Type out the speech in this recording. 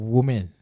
Woman